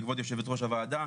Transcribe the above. וכבוד יושבת-ראש הוועדה,